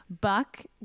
Buck